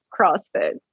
CrossFit